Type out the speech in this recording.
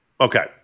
Okay